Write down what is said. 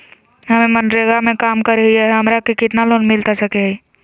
हमे मनरेगा में काम करे हियई, हमरा के कितना लोन मिलता सके हई?